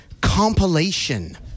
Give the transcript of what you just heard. Compilation